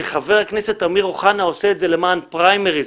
שחבר הכנסת אמיר אוחנה עושה את זה למען פריימריז.